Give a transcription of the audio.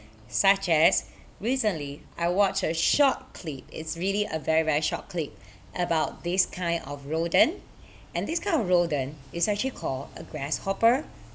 such as recently I watched a short clip it's really a very very short clip about this kind of rodent and this kind of rodent is actually called a grasshopper